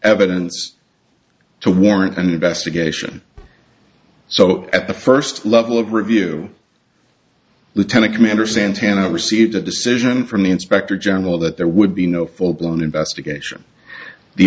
evidence to warrant an investigation so at the first level of review lieutenant commander santana received a decision from the inspector general that there would be no full blown investigation the